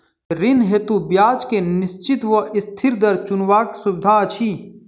ऋण हेतु ब्याज केँ निश्चित वा अस्थिर दर चुनबाक सुविधा अछि